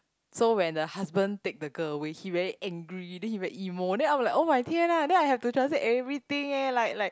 so when the husband take the girl away he very angry then he very emo then I'm like [oh]-my- 天 ah then I have to translate everything eh like like